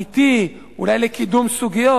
אולי לקידום סוגיות?